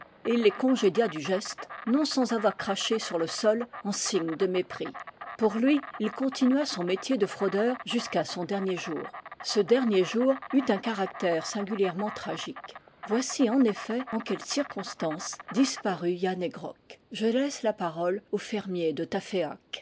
il les congédia du geste non sans avoir craché sur le sol en signe de mépris pour lui il continua son métier de fraudeur jusqu'à son dernier jour ce dernier jour eut un caractère singuliè rement tragique voici en effet en quelles circonstances disparut yann he grok je laisse la parole au fermier de